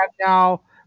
now